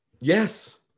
Yes